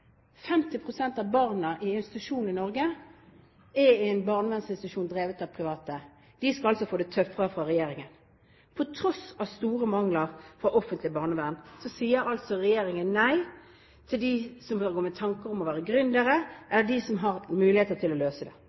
av barna i institusjon i Norge er i en barnevernsinstitusjon drevet av private. De skal altså få det tøffere, ifølge regjeringen. På tross av store mangler i offentlig barnevern sier altså regjeringen nei til dem som går med tanker om å være gründere, og som er de som har muligheter til å løse det.